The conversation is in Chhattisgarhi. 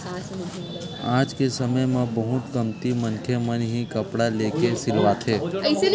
आज के समे म बहुते कमती मनखे मन ही कपड़ा लेके सिलवाथे